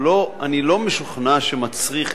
אני לא משוכנע שמצריך,